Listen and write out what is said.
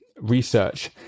research